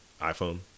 iphone